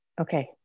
Okay